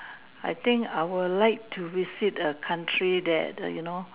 I think I will like to visit a country that you know